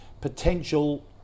potential